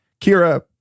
Kira